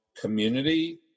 community